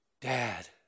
Dad